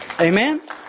Amen